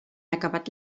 acabat